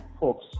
folks